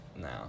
now